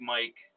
Mike